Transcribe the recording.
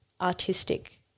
artistic